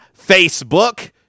Facebook